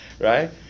right